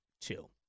two